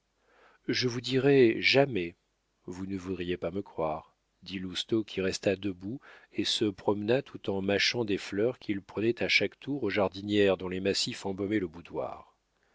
je vous dirais jamais vous ne voudriez pas me croire dit lousteau qui resta debout et se promena tout en mâchant des fleurs qu'il prenait à chaque tour aux jardinières dont les massifs embaumaient le boudoir